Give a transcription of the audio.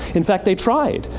in fact, they tried.